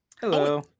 hello